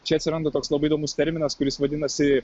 čia atsiranda toks labai įdomus terminas kuris vadinasi